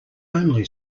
only